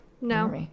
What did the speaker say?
no